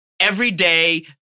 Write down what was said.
Everyday